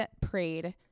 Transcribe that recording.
prayed